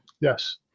Yes